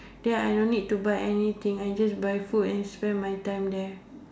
then I don't need to buy anything I just buy food and spend my time there